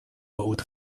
both